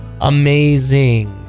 amazing